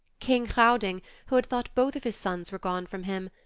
king hrauding, who had thought both of his sons were gone from him,